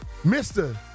Mr